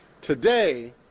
today